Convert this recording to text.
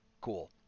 Cool